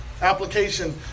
Application